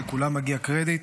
ולכולם מגיע קרדיט,